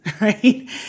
right